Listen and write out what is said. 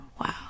Wow